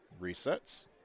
Resets